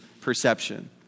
perception